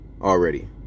already